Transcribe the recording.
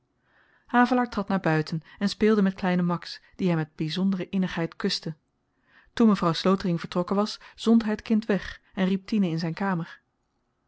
havelaar trad naar buiten en speelde met kleinen max dien hy met byzondere innigheid kuste toen mevrouw slotering vertrokken was zond hy t kind weg en riep tine in zyn kamer